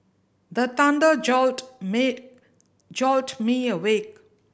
the thunder jolt mid jolt me awake